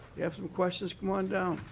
we have some questions. come on down.